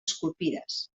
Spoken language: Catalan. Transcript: esculpides